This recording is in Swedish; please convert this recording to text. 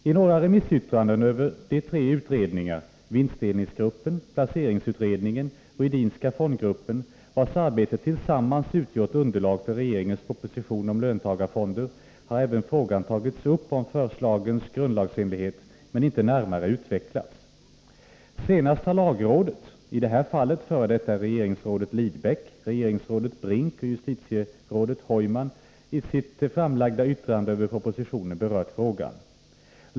I några remissyttranden över de tre utredningar — vinstdelningsgruppen, placeringsutredningen och Edinska fondgruppen — vilkas arbete tillsammans utgjort underlag för regeringens proposition om löntagarfonder har frågan om förslagens grundlagsenlighet ävenledes tagits upp, men inte närmare utvecklats. Senast har lagrådet, i det här fallet f. d. regeringsrådet Lidbeck, regeringsrådet Brink och justitierådet Heuman, i sitt yttrande över propositionen berört frågan.